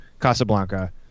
Casablanca